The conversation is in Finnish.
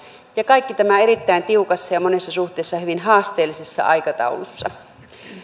ja kaikki tämä erittäin tiukassa ja monessa suhteessa hyvin haasteellisessa aikataulussa